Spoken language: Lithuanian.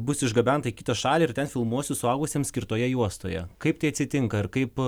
bus išgabenta į kitą šalį ir ten filmuosiu suaugusiems skirtoje juostoje kaip tai atsitinka ir kaip